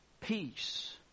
peace